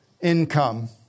income